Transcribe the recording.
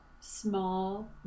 small